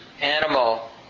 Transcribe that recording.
animal